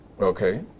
Okay